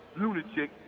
lunatic